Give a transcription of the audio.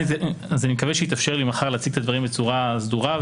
אני מקווה שיתאפשר לי מחר להציג את הדברים בצורה סדורה.